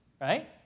right